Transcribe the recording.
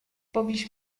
povíš